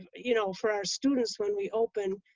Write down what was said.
you know for our students when we open.